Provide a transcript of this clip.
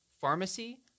pharmacy